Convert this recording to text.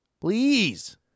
Please